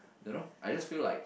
don't know I just feel like